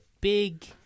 big